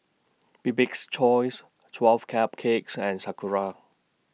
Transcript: Bibik's Choice twelve Cupcakes and Sakura